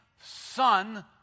son